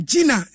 Gina